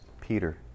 Peter